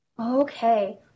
Okay